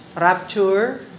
Rapture